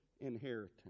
inheritance